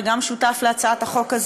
וגם על העתיד הפוליטי של העיר הזאת,